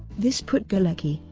this put galecki,